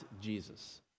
Jesus